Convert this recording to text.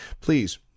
please